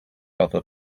other